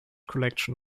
collection